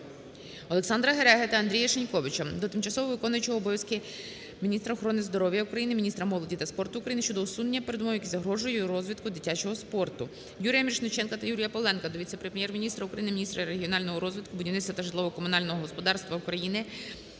ОлександраГереги та Андрія Шиньковича до тимчасово виконуючої обов'язки міністра охорони здоров'я України, міністра молоді та спорту України щодо усунення передумов, які загрожують розвиткові дитячого спорту. Юрія Мірошниченка та Юрія Павленка до віце-прем'єр-міністра України - міністра регіонального розвитку, будівництва та житлово-комунального господарства України,